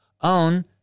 own